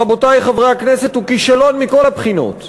רבותי חברי הכנסת, הוא כישלון מכל הבחינות,